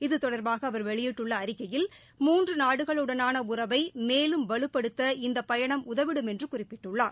இது தொடர்பாக அவர் வெளியிட்டுள்ள அறிக்கையில் மூன்று நாடுகளுடனான உறவை மேலும் வலுப்படுத்த இந்த பயணம் உதவிடும் என்று குறிப்பிட்டுள்ளார்